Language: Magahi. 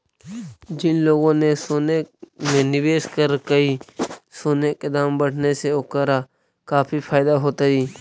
जिन लोगों ने सोने में निवेश करकई, सोने के दाम बढ़ने से ओकरा काफी फायदा होतई